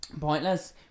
Pointless